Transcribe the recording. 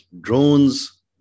drones